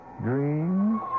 dreams